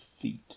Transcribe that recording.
feet